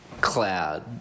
cloud